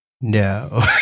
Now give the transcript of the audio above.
no